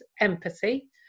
Empathy